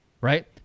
Right